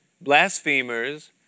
blasphemers